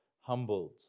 humbled